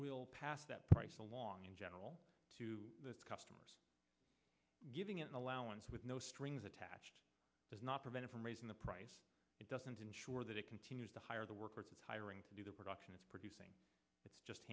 will pass that price along in general to customers giving an allowance with no strings attached is not prevented from raising the price it doesn't ensure that it continues to hire the workers hiring to do the production is producing it's just